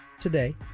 today